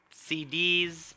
CDs